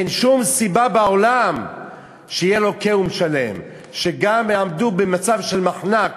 אין שום סיבה בעולם שגם יעמדו במצב של מחנק